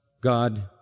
God